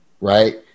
Right